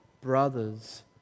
brothers